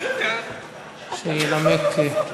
שינמק,